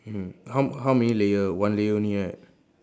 mm how how many layer one layer only right